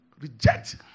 Reject